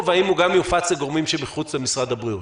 והאם הוא גם יופץ לגורמים שמחוץ למשרד הבריאות?